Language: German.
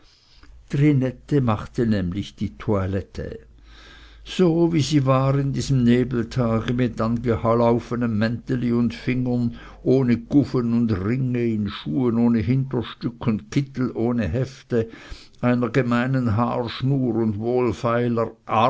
machte nämlich die toilette so wie sie war an diesem nebeltage mit angelaufenem mänteli und fingern ohne gufen und ringe in schuhen ohne hinterstück und kittel ohne häfte einer gemeinen haarschnur und